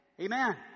Amen